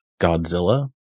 Godzilla